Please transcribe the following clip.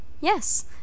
Yes